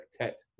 Tet